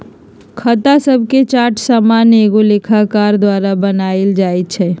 खता शभके चार्ट सामान्य एगो लेखाकार द्वारा बनायल जाइ छइ